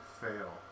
fail